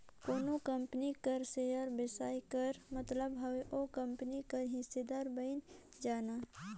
कोनो कंपनी कर सेयर बेसाए कर मतलब हवे ओ कंपनी कर हिस्सादार बइन जाना